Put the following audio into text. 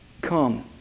come